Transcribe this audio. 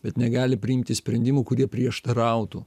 bet negali priimti sprendimų kurie prieštarautų